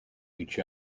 each